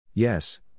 Yes